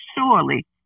surely